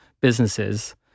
businesses